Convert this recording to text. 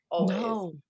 No